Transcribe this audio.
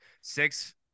Six